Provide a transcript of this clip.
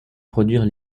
produire